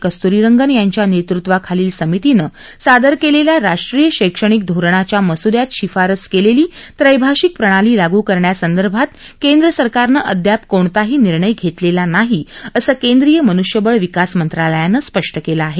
कस्तुरीरंगन यांच्या नेतृत्वाखालील समितीनं सादर केलेल्या राष्ट्रीय शैक्षणिक धोरणाच्या मसुद्यात शिफारस केलेली त्रैभाषिक प्रणाली लागू करण्यासंदर्भात केंद्र सरकारनं अद्याप कोणताही निर्णय घेतलेला नाही असं केंद्रीय मनुष्यबळ विकास मंत्रालयानं स्पष्ट केलं आहे